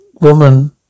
woman